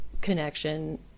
connection